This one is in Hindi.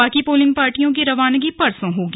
बाकी पोलिंग पार्टियों की रवानगी परसों होगी